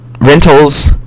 rentals